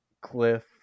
cliff